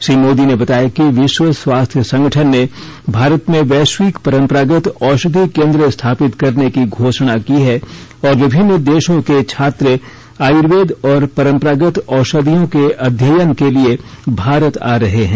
श्री मोदी ने बताया कि विश्व स्वास्थ्य संगठन ने भारत में वैश्विक परंपरागत औषधि केंद्र स्थापित करने की घोषणा की है और विभिन्न देशों के छात्र आयुर्वेद और परंपरागत औषधियों के अध्ययन के लिए भारत आ रहे हैं